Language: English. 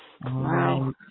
Wow